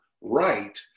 right